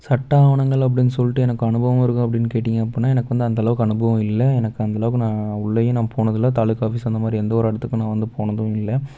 சட்ட ஆவணங்கள் அப்டின்னு சொல்லிட்டு எனக்கு அனுபவம் இருக்குது அப்படின்னு கேட்டிங்க அப்பட்ன்னா எனக்கு வந்து அந்தளவுக்கு அனுபவம் இல்லை எனக்கு அந்த அளவுக்கு நான் உள்ளேயும் நான் போனதில்ல தாலுகா ஆஃபீஸ் அந்த மாதிரி எந்த ஒரு இடத்துக்கும் நான் வந்து போனதும் இல்லை